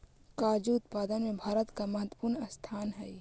काजू उत्पादन में भारत का महत्वपूर्ण स्थान हई